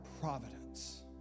providence